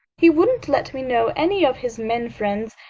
he wouldn't let me know any of his men friends,